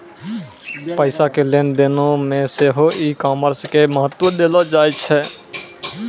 पैसा के लेन देनो मे सेहो ई कामर्स के महत्त्व देलो जाय छै